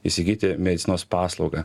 įsigyti medicinos paslaugą